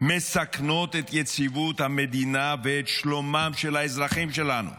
מסכנות את יציבות המדינה ואת שלומם של האזרחים שלנו.